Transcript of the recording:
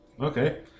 Okay